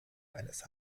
eines